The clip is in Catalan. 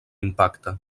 impacte